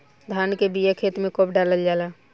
धान के बिया खेत में कब डालल जाला?